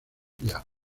propia